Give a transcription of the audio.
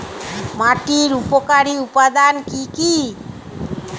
মাটির উপকারী উপাদান কি কি?